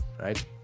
right